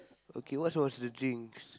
okay what was the drinks